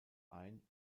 ein